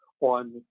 on